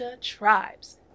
tribes